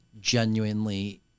genuinely